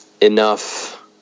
enough